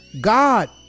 God